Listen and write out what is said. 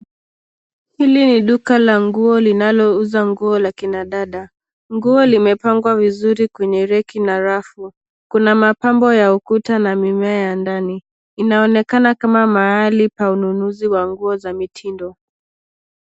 Hili ni duka la nguo linalouza nguo la kina dada. Nguo limepangwa vizuri kwenye reki na rafu. Kuna mapambo ya ukuta na mimea ya ndani, inaonekana kama mahali pa ununuzi wa nguo za mitindo.